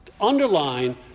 Underline